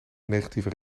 negatieve